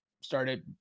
started